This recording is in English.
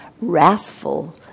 wrathful